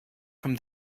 from